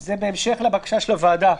זה בהמשך לבקשה של הוועדה.